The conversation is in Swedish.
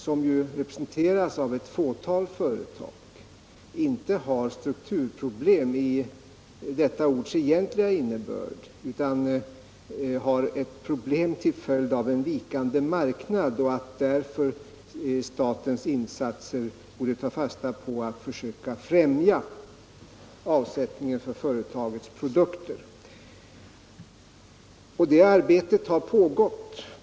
som ju representeras av ett fåtal företag, inte har strukturproblem i detta ords egentliga innebörd, utan problem till följd av en vikande marknad och att därför statens insatser borde inriktas på att försöka främja avsättningen för företagets produkter. Arbetet med detta pågår.